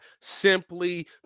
simply